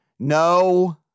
No